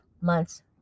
months